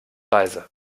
reise